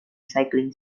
cycling